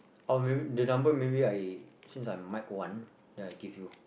oh may the number maybe I'm since I'm mic one then I give you